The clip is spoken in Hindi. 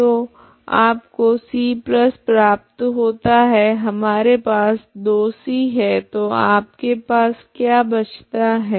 तो आपको c प्राप्त होता है हमारे पास 2c है तो आपके पास क्या बचता है